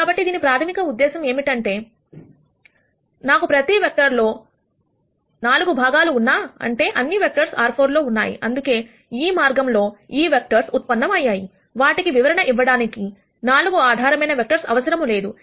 కాబట్టి దీని ప్రాథమిక ఉద్దేశ్యం ఏమిటంటే ఇది చెబుతోంది నాకు ప్రతి వెక్టర్ లో 4 భాగాలు ఉన్నా అంటే అన్ని వెక్టర్స్ R4 లో ఉన్నాయి అందుకే ఈ మార్గంలో ఈ వెక్టర్స్ ఉత్పన్నమయ్యాయివాటికి వివరణ ఇవ్వడానికి 4 ఆధారమైన వెక్టర్స్ అవసరము లేదు